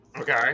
Okay